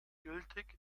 gültig